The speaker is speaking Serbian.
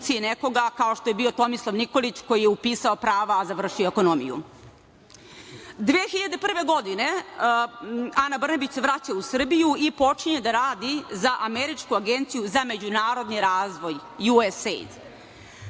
nekoga kao što je bio Tomislav Nikolić koji je upisao prava, a završio ekonomiju. Godine 2001. Ana Brnabić se vraća u Srbiju i počinje da radi za Američku agenciju za međunarodni razvoj (USAID).